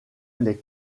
les